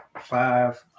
five